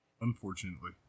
Unfortunately